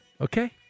okay